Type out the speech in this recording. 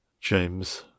james